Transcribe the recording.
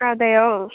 അതെയോ